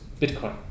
Bitcoin